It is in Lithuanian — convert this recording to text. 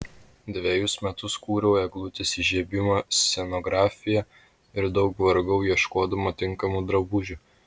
dvejus metus kūriau eglutės įžiebimo scenografiją ir daug vargau ieškodama tinkamų drabužių